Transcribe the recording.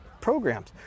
programs